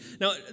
Now